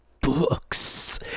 books